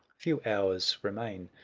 few hours remain,